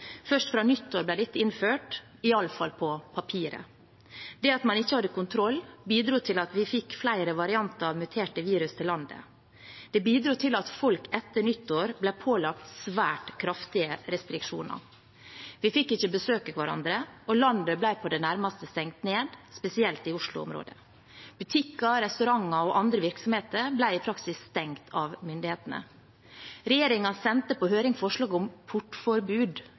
Først fra nyttår ble dette innført, i alle fall på papiret. Det at man ikke hadde kontroll, bidro til at vi fikk flere varianter av muterte virus til landet. Det bidro til at folk etter nyttår ble pålagt svært kraftige restriksjoner. Vi fikk ikke besøke hverandre, og landet ble på det nærmeste stengt ned, spesielt i Oslo-området. Butikker, restauranter og andre virksomheter ble i praksis stengt av myndighetene. Regjeringen sendte på høring forslag om portforbud,